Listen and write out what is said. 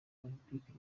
olympique